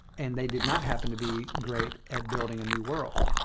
and they did not happen to be great at building a new world.